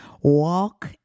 Walk